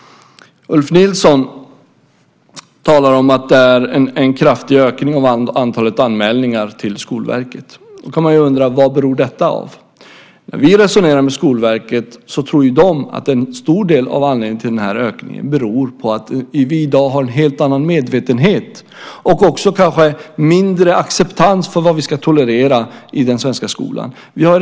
Ulf Nilsson talar om att det är en kraftig ökning av antalet anmälningar till Skolverket. Då kan man ju undra vad detta beror på. När vi resonerar med Skolverket tror de att en stor del av anledningen till ökningen är att vi i dag har en helt annan medvetenhet och kanske också mindre acceptans för vad vi ska tolerera i den svenska skolan.